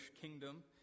kingdom